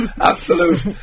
absolute